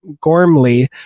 Gormley